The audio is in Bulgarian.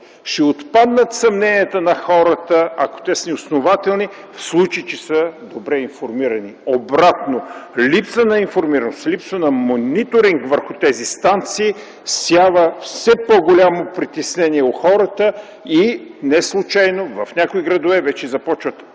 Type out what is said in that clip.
Ще отпаднат съмненията на хората, ако те са неоснователни, в случай, че са добре информирани. Обратното – липсата на информираност, липсата на контрол на мониторинг върху тези станции, всява все по-голямо притеснение у хората и неслучайно в някои градове вече започват